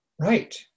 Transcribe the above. Right